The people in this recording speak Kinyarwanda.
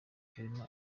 clement